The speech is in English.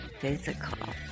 physical